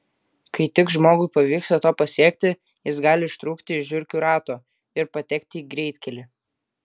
kai tik žmogui pavyksta to pasiekti jis gali ištrūkti iš žiurkių rato ir patekti į greitkelį